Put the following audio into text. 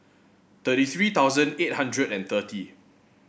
thirty three thousand eight hundred and thirty